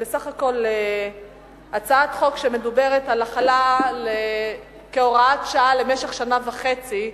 היא בסך הכול הצעת חוק שמדברת על החלה כהוראת שעה למשך שנה וחצי,